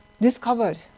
discovered